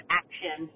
action